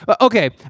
okay